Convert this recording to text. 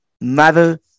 mother